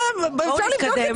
אפשר לבדוק את